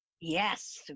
Yes